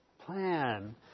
plan